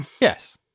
Yes